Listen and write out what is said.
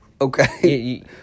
Okay